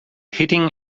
hitting